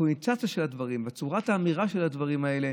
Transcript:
בקונוטציה של הדברים וצורת האמירה של הדברים האלה.